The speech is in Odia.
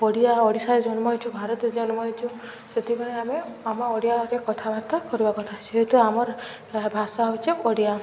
ଓଡ଼ିଆ ଓଡ଼ିଶାରେ ଜନ୍ମ ହୋଇଛୁ ଭାରତରେ ଜନ୍ମ ହୋଇଛୁ ସେଥିପାଇଁ ଆମେ ଆମ ଓଡ଼ିଆରେ କଥାବାର୍ତ୍ତା କରିବା କଥା ଯେହେତୁ ଆମର ଭାଷା ହେଉଛି ଓଡ଼ିଆ